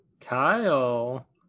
Kyle